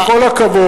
עם כל הכבוד,